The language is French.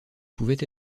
pouvait